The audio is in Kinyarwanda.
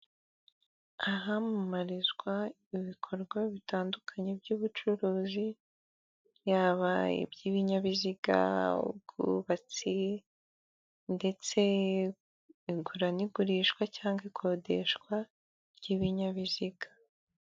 Ahamamarizwa ibikorwa bitandukanye by'ubucuruzi yaba iby'ibinyabiziga, ubwubatsi ndetse igura n'igurishwa cyangwa ikodeshwa ry'ibinyabiziga.